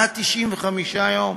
195 יום.